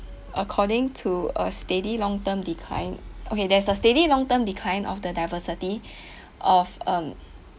according to a steady long term decline okay there's a steady long term decline of the diversity of um